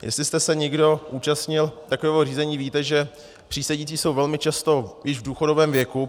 Jestli jste se někdo účastnil takového řízení, víte, že přísedící jsou velmi často již v důchodovém věku.